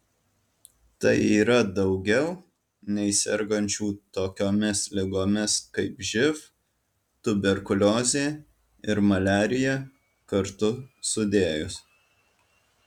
tai yra daugiau nei sergančių tokiomis ligomis kaip živ tuberkuliozė ir maliarija kartu sudėjus